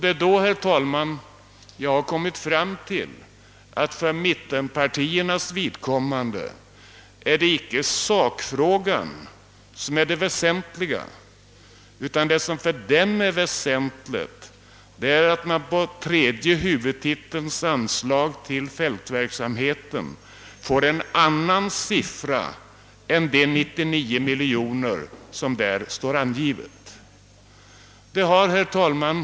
Då har jag, herr talman, kommit fram till att det för mittenpartiernas vidkommande inte är sakfrågan som är det väsentliga, utan att vi beträffande tredje huvudtitelns anslag till fältverksamheten får en annan siffra än de 99 miljoner som angivits. Herr talman!